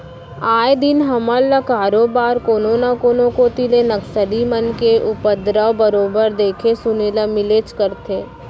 आए दिन हमन ल बरोबर कोनो न कोनो कोती ले नक्सली मन के उपदरव बरोबर देखे सुने ल मिलबेच करथे